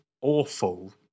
awful